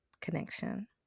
connection